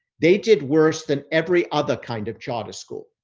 they did worse than every other kind of charter school.